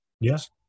Yes